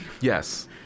yes